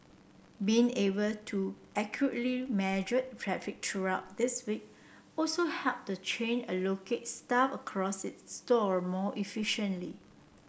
being able to accurately measure traffic throughout this week also helped the chain allocate staff across its store more efficiently